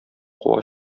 куа